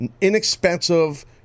inexpensive